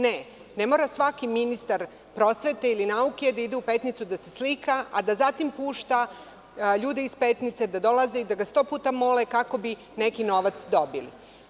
Ne, ne mora svaki ministar prosvete ili nauke da ide u Petnicu da se slika, a da zatim pušta ljude iz Petnice da dolaze i da ga sto puta mole, kako bi neki novac dobili.